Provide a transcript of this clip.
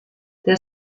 der